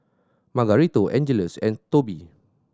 Margarito Angeles and Tobie